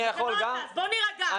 בוא נירגע.